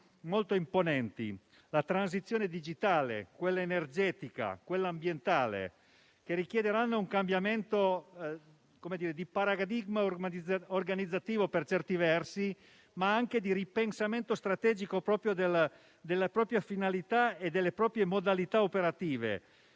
molto imponenti (la transizione digitale, energetica, ambientale), che richiederanno un cambiamento di paradigma organizzativo per certi versi, ma anche di ripensamento strategico delle propria finalità e modalità operative.